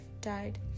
died